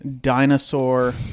dinosaur